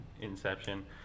Inception